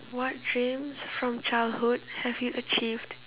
what dreams from childhood have you achieved